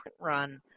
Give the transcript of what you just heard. run